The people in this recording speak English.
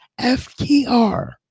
FTR